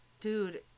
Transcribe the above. dude